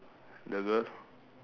the girl